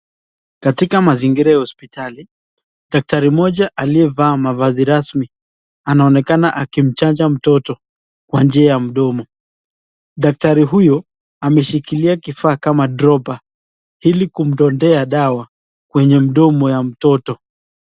Katika mazingira ya hospitali daktari mmoja aliyevaa mavazi rasmi anaonekana akimchanja mtoto kwa njia ya mdomo. Daktari huyu ameshikilia kifaa kama dropper ili kumtonea dawa kwenye mdomo wa mtoto.